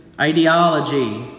ideology